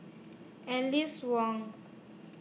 Aline Wong